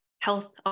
health